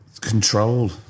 control